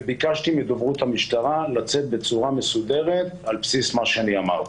וביקשתי מדוברות המשטרה לצאת בצורה מסודרת על בסיס מה שאני אמרתי.